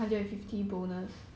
!wah!